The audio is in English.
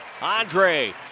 Andre